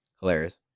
Hilarious